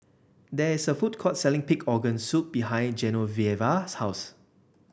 there is a food court selling Pig Organ Soup behind Genoveva's house